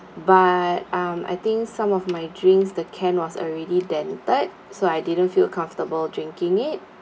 but um I think some of my drinks the can was already dented so I didn't feel comfortable drinking it